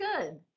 good